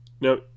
Now